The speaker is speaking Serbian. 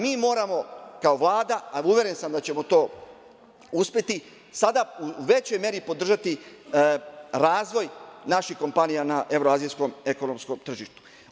Mi moramo, kao Vlada, a uveren sam da ćemo to uspeti, sada u većoj meri podržati razvoj naših kompanija na evroazijskom ekonomskom tržištu.